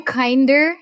kinder